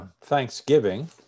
Thanksgiving